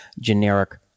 generic